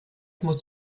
muss